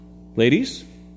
Ladies